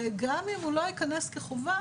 וגם אם הוא לא ייכנס כחובה,